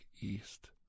east